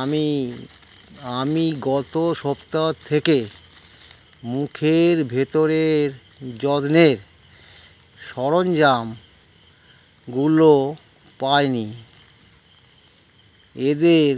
আমি আমি গত সপ্তাহ থেকে মুখের ভেতরের যত্নের সরঞ্জামগুলো পাইনি এদের